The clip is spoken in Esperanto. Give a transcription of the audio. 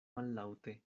mallaŭte